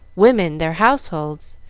women their households,